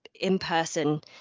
in-person